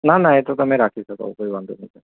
ના ના એ તો તમે રાખી શકો કોઈ વાંધો નહીં